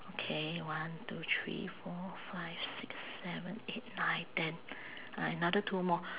okay one two three four five six seven eight nine ten uh another two more